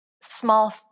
small